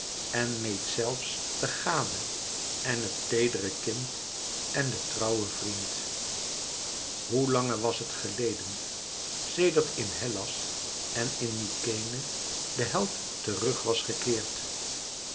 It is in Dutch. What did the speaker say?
en meed zelfs de gade en het teedere kind en den trouwen vriend hoe lange was het geleden sedert in hellas en in mykenæ de held terug was gekeerd